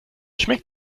schmeckt